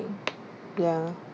ya